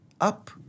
up